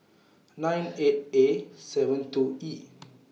nine eight A seven two E